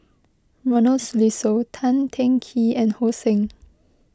Ronald Susilo Tan Teng Kee and So Heng